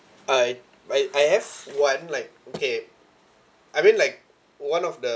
I I I have one like okay I mean like one of the